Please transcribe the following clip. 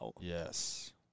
Yes